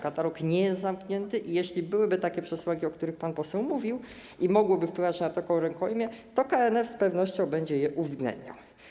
Katalog nie jest zamknięty i jeśli byłyby takie przesłanki, o których pan poseł mówił, i mogłyby wpływać na taką rękojmię, to KNF z pewnością będzie je uwzględniał.